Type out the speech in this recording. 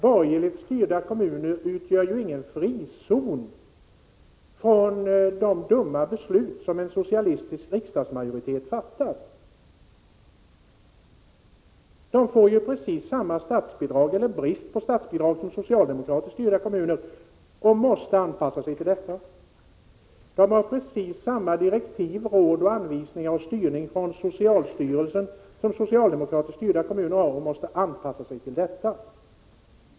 Borgerligt styrda kommuner utgör ju inga frizoner som inte berörs av de dumma beslut som en socialistisk riksdagsmajoritet fattar. De får precis samma statsbidrag, eller brist på statsbidrag, som socialdemokratiskt styrda kommuner och måste anpassa sig till detta. De har precis samma direktiv, råd, anvisningar och styrning från socialstyrelsen som socialdemokratiskt styrda kommuner har och måste anpassa sig till detta.